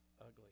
ugly